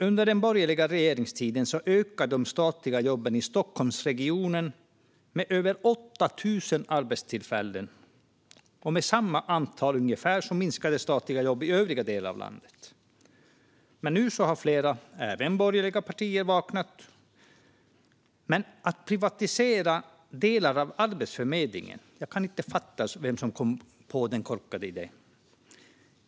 Under den borgerliga regeringstiden ökade de statliga jobben i Stockholmregionen med över 8 000 arbetstillfällen, och med ungefär samma antal minskade statliga jobb i övriga delar av landet. Nu har flera vaknat, även borgerliga partier. Men jag kan inte fatta vem som kom på den korkade idén att privatisera delar av Arbetsförmedlingen.